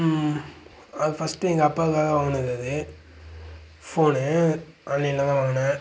first எங்கள் அப்பாவுக்காக வாங்கினது அது ஃபோனு ஆன்லைனில் தான் வாங்குனேன்